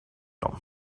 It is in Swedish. dem